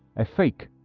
a fake.